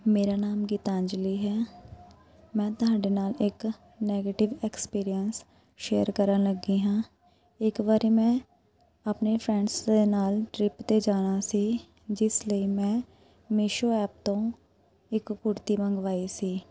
ਮੇਰਾ ਨਾਮ ਗੀਤਾਂਜਲੀ ਹੈ ਮੈਂ ਤੁਹਾਡੇ ਨਾਲ਼ ਇੱਕ ਨੈਗੇਟਿਵ ਐਕਸਪੀਰੀਅੰਸ ਸ਼ੇਅਰ ਕਰਨ ਲੱਗੀ ਹਾਂ ਇੱਕ ਵਾਰੀ ਮੈਂ ਆਪਣੇ ਫਰੈਂਡਸ ਦੇ ਨਾਲ਼ ਟ੍ਰਿੱਪ 'ਤੇ ਜਾਣਾ ਸੀ ਜਿਸ ਲਈ ਮੈਂ ਮੀਸ਼ੋ ਐਪ ਤੋਂ ਇੱਕ ਕੁੜਤੀ ਮੰਗਵਾਈ ਸੀ